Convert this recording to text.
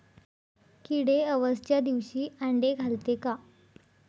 किडे अवसच्या दिवशी आंडे घालते का?